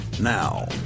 Now